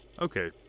Okay